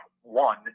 one